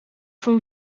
from